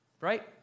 Right